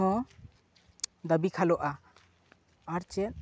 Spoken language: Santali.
ᱦᱮᱸ ᱫᱟᱹᱵᱤ ᱠᱷᱟᱞᱚᱜᱼᱟ ᱟᱨ ᱪᱮᱫ